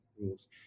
rules